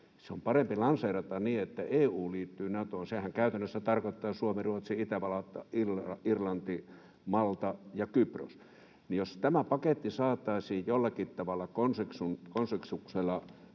Se on parempi lanseerata niin, että EU liittyy Natoon. Sehän käytännössä tarkoittaa Suomi, Ruotsi, Itävalta, Irlanti, Malta ja Kypros — jos tämä paketti saataisiin jollakin tavalla konsensuksella